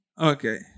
Okay